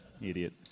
Idiot